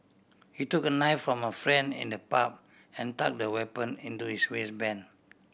he took a knife from a friend in the pub and tucked the weapon into his waistband